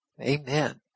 Amen